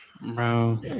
Bro